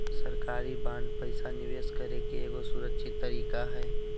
सरकारी बांड पैसा निवेश करे के एगो सुरक्षित तरीका हय